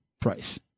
price